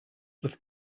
with